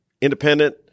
independent